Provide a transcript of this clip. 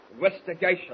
Investigation